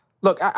look